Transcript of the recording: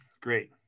Great